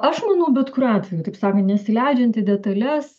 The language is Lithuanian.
aš manau bet kuriuo atveju taip sakan nesileidžiant į detales